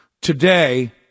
Today